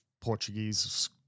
Portuguese